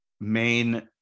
main